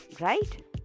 right